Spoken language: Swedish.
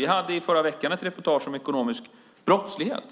De hade i förra veckan ett reportage om ekonomisk brottslighet